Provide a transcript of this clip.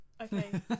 okay